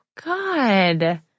God